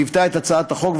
שליוותה את הצעת החוק,